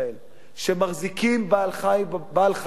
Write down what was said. לכל מי שמחזיקים בעל-חיים בבית,